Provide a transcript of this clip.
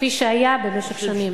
כפי שהיה במשך שנים.